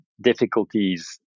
difficulties